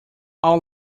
all